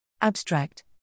Abstract